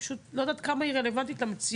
אני לא יודעת כמה היא רלוונטית למציאות,